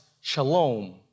shalom